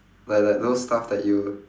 like like those stuff that you